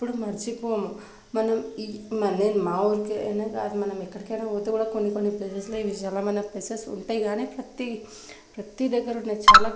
ఎప్పుడూ మర్చిపోము మనం మా ఊరికనే కాదు మనం ఎక్కడికైనా పోతే కూడా కొన్ని కొన్ని ప్లేసెస్లో ఈ విశాలమైన ప్లేసెస్ ఉంటాయి గానీ ప్రతి ప్రతి దగ్గర ఉన్నాయి చాలా